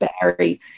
Barry